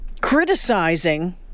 criticizing